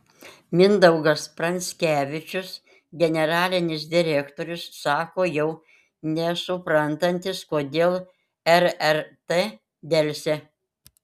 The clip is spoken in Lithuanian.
mindaugas pranskevičius generalinis direktorius sako jau nesuprantantis kodėl rrt delsia